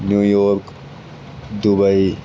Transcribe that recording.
New York Dubai